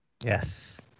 yes